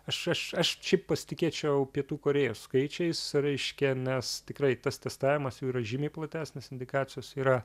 aš aš aš šiaip pasitikėčiau pietų korėjos skaičiais reiškia nes tikrai tas testavimas jų yra žymiai platesnis indikacijos yra